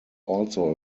also